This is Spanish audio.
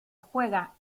juega